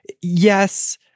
yes